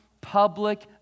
public